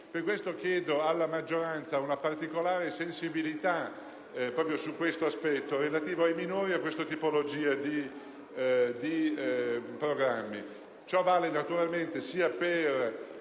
Per questo chiedo alla maggioranza una particolare sensibilità proprio su tale aspetto relativo ai minori e a questa tipologia di programmi.